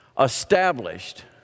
established